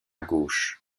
gauche